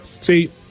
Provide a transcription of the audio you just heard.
See